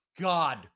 God